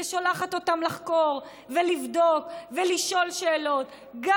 ושולחת אותם לחקור ולבדוק ולשאול שאלות גם